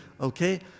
okay